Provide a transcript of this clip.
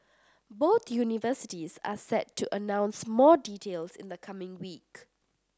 both universities are set to announce more details in the coming week